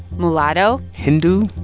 mulatto. hindu.